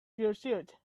pursued